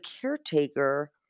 caretaker